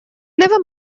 never